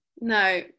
No